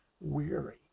weary